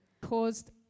Caused